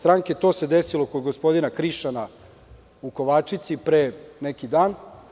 To se desilo i kod gospodina Krišana u Kovačici pre neki dan.